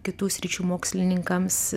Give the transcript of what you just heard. kitų sričių mokslininkams